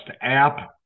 app